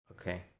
Okay